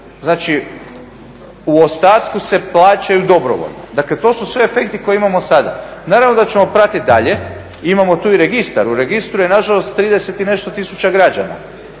Znači, u ostatku se plaćaju dobrovoljno. Dakle, to su sve efekti koje imamo sada. Naravno da ćemo pratiti dalje. Imamo tu i registar. U registru je na žalost 30 i nešto tisuća građana,